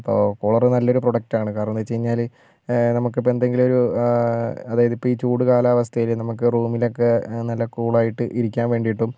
അപ്പോൾ കൂളർ നല്ലൊരു പ്രൊഡക്റ്റ് ആണ് കാരണം എന്ന് വെച്ച് കഴിഞ്ഞാൽ നമുക്ക് ഇപ്പം എന്തെങ്കിലും ഒരു അതായത് ഇപ്പം ഈ ചൂട് കാലാവസ്ഥയിൽ നമുക്ക് റൂമിലൊക്കെ നല്ല കൂൾ ആയിട്ട് ഇരിക്കാൻ വേണ്ടിയിട്ടും